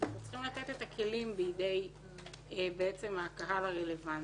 אנחנו צריכים לתת את הכלים בידי הקהל הרלוונטי.